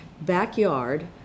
backyard